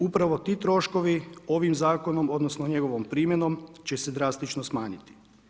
Upravo ti troškovi ovim zakonom odnosno, njegovom primjenom će se drastično smanjiti.